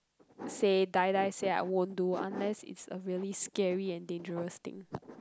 say die die say I won't do unless it's a really scary and dangerous thing